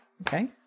Okay